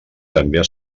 també